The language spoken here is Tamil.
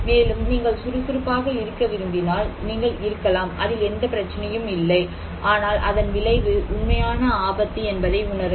மேலும் நீங்கள் சுறுசுறுப்பாக இருக்க விரும்பினால் நீங்கள் இருக்கலாம் அதில் எந்தப் பிரச்சனையும் இல்லை ஆனால் அதன் விளைவு உண்மையான ஆபத்து என்பதை உணருங்கள்